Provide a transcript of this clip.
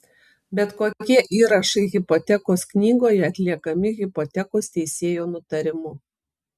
bet kokie įrašai hipotekos knygoje atliekami hipotekos teisėjo nutarimu